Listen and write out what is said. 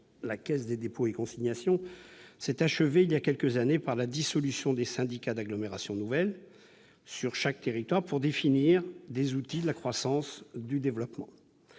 la Caisse des dépôts et consignations, s'est achevée il y a quelques années par la dissolution des syndicats d'agglomération nouvelle mis en place, sur chaque territoire, pour définir les outils de la croissance et du développement.